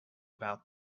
about